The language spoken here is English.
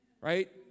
right